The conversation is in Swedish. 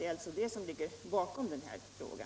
Det är alltså det som ligger bakom min fråga.